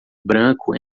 branco